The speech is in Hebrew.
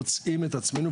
מוצאים את עצמנו,